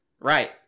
Right